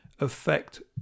affect